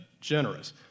generous